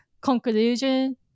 conclusion